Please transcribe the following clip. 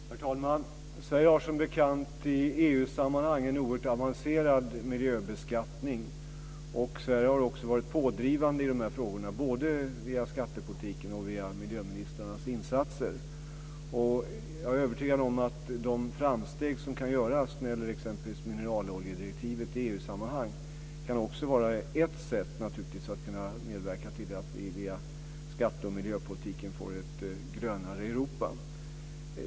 Herr talman! Sverige har som bekant en i EU sammanhang oerhört avancerad miljöbeskattning, och Sverige har också varit pådrivande i de här frågorna, både via skattepolitiken och via miljöministrarnas insatser. Jag är övertygad om att de framsteg som kan göras med exempelvis mineraloljedirektivet i EU sammanhang också kan vara ett sätt att medverka till att skatte och miljöpolitiken ger ett grönare Europa.